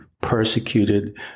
persecuted